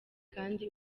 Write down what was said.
kandi